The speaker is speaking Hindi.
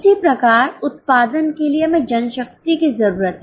उसी तरह उत्पादन के लिए हमें जनशक्ति की जरूरत है